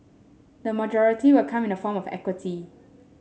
the majority will come in the form of equity